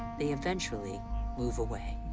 they eventually move away.